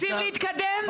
רוצים להתקדם?